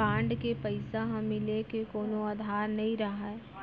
bond के पइसा ह मिले के कोनो अधार नइ राहय